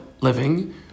living